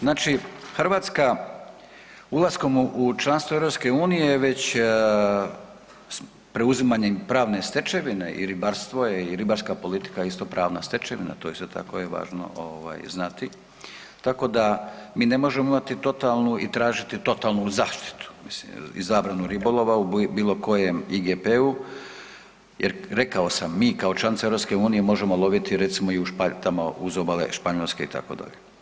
Znači Hrvatska ulaskom u članstvo EU već preuzimanjem pravne stečevine i ribarstvo je i ribarska politika isto pravna stečevina, to isto tako je važno ovaj, znati, tako da mi ne možemo imati totalnu i tražiti totalnu zaštitu, mislim, i zabranu ribolova u bilo kojem IGP-u jer, rekao sam, mi kao članica EU možemo loviti, recimo, i u .../nerazumljivo/... tamo uz obale Španjolske, itd.